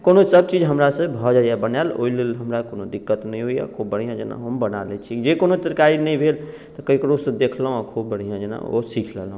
कोनो सबचीज हमरासँ भऽ जाइया बनायल ओहिलेल हमरा कोनो दिक्कत नहि होइया खूब बढ़ जेना हम बना लै छी जे कोनो तरकारी नहि भेल तऽ ककरो सँ देखलौं आ खूब बढ़िआ जेना ओ सीख लेलौं